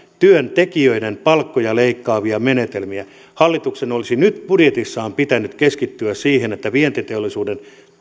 työntekijöiden palkkoja leikkaavia menetelmiä hallituksen olisi nyt budjetissaan pitänyt keskittyä siihen että vientiteollisuuden